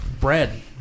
Bread